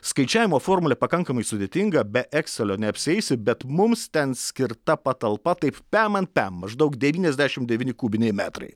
skaičiavimo formulė pakankamai sudėtinga be eksalio neapsieisi bet mums ten skirta patalpa taip pem ant pem maždaug devyniasdešimt devyni kubiniai metrai